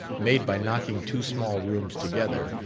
made by knocking two small rooms together,